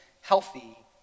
healthy